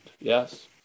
yes